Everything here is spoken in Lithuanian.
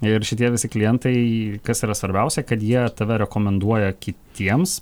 ir šitie visi klientai kas yra svarbiausia kad jie tave rekomenduoja kitiems